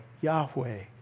Yahweh